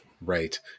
Right